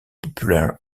popular